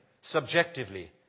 subjectively